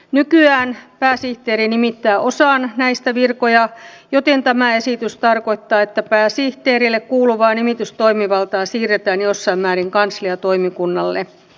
nykyään pääsihteeri nimittää osan näistä viroista joten tämä esitys tarkoittaa että pääsihteerille kuuluvaa nimitystoimivaltaa siirretään jossain määrin kansliatoimikunnalle